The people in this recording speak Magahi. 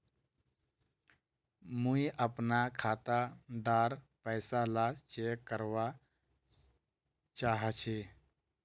मुई अपना खाता डार पैसा ला चेक करवा चाहची?